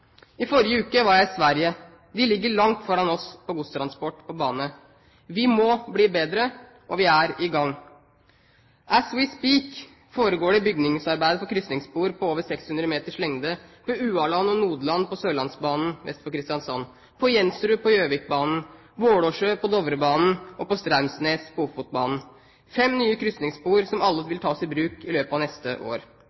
I forrige uke var jeg i Sverige. De ligger langt foran oss med godstransport på bane. Vi må bli bedre, og vi er i gang. «As we speak» foregår det byggearbeid for krysningsspor på over 600 meters lengde på Ualand og Nodeland på Sørlandsbanen vest for Kristiansand, på Jensrud på Gjøvikbanen, Vålåsjø på Dovrebanen og Straumsnes på Ofotbanen – fem nye krysningsspor som alle